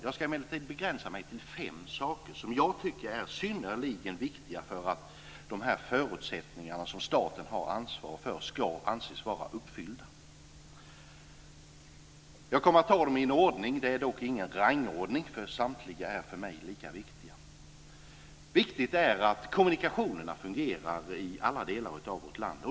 Jag ska emellertid begränsa mig till fem saker som jag tycker är synnerligen viktiga för att de förutsättningar som staten har ansvar för ska anses vara uppfyllda. Jag kommer att ta dem i ordning. Det är dock ingen rangordning. Samtliga är för mig lika viktiga. Det första som är viktigt är att kommunikationerna fungerar i alla delar i vårt land.